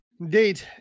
Indeed